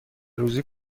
روزی